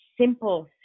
simple